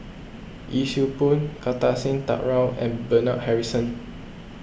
Yee Siew Pun Kartar Singh Thakral and Bernard Harrison